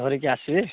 ଧରିକି ଆସିବେ